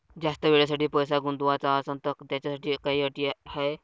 जास्त वेळेसाठी पैसा गुंतवाचा असनं त त्याच्यासाठी काही अटी हाय?